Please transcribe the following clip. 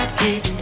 keep